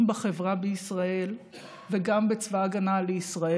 בחברה בישראל וגם בצבא הגנה לישראל,